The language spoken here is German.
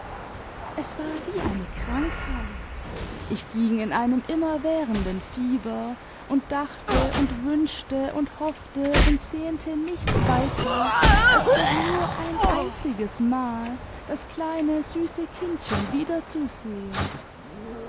es war wie eine krankheit ich ging in einem immerwährenden fieber und dachte und wünschte und hoffte und sehnte nichts weiter als doch nur ein einziges mal das kleine süße kindchen wiederzusehen